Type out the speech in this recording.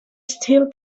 still